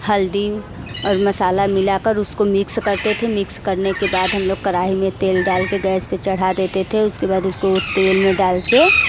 हल्दी और मसाला मिला कर उसको मिक्स करते थे और मिक्स करने के बाद हम लोग कड़ाई में तेल डाल के गैस पर चढ़ा देते थे तो उसके बाद उसको तेल में डाल के